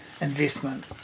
investment